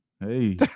Hey